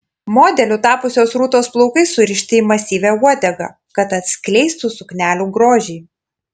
modeliu tapusios rūtos plaukai surišti į masyvią uodegą kad atskleistų suknelių grožį